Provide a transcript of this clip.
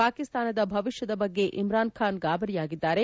ಪಾಕಿಸ್ತಾನದ ಭವಿಷ್ಣದ ಬಗ್ಗೆ ಇಮ್ರಾನ್ ಖಾನ್ ಗಾಬರಿಯಾಗಿದ್ದಾರೆ